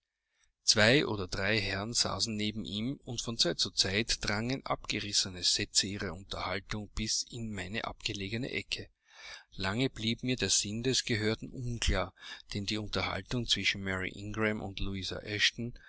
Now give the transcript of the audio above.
zwei oder drei der herren saßen neben ihm und von zeit zu zeit drangen abgerissene sätze ihrer unterhaltung bis in meine abgelegene ecke lange blieb mir der sinn des gehörten unklar denn die unterhaltung zwischen mary ingram und